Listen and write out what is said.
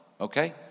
okay